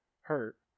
hurt